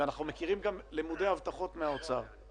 אנחנו גם למודי הבטחות ממשרד האוצר.